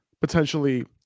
potentially